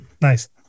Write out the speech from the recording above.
Nice